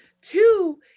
two